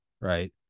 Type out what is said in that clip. right